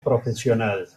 profesional